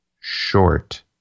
short